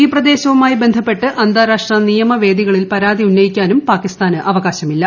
ഈ പ്രദേശവുമായി ബന്ധപ്പെട്ട് അന്താരാഷ്ട്ര നിയമവേദികളിൽ പരാതി ഉന്നയിക്കാനും പാക്കിസ്ഥാന് അവകാശമില്ല